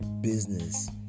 business